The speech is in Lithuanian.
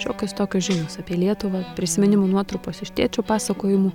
šiokios tokios žinios apie lietuvą prisiminimų nuotrupos iš tėčio pasakojimų